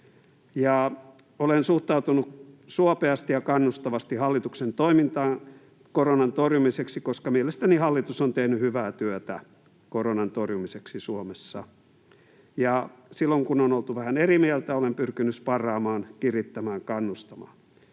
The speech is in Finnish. Olen suhtautunut suopeasti ja kannustavasti hallituksen toimintaan koronan torjumiseksi, koska mielestäni hallitus on tehnyt hyvää työtä koronan torjumiseksi Suomessa, ja silloin, kun on oltu vähän eri mieltä, olen pyrkinyt sparraamaan, kirittämään, kannustamaan.